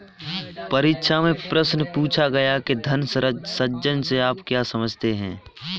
परीक्षा में प्रश्न पूछा गया कि धन सृजन से आप क्या समझते हैं?